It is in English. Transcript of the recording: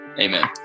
Amen